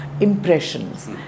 impressions